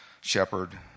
shepherd